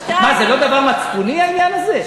שתיים, מה זה, לא דבר מצפוני העניין הזה?